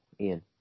Ian